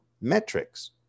Metrics